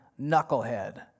knucklehead